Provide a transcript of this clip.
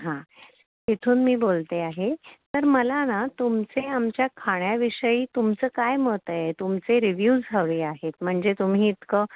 हां तिथून मी बोलते आहे तर मला ना तुमचे आमच्या खाण्याविषयी तुमचं काय मत आहे तुमचे रिव्यूज हवे आहेत म्हणजे तुम्ही इतकं